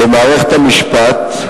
למערכת המשפט,